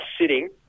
sitting